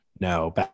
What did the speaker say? No